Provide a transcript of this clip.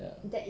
ya